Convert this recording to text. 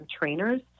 trainers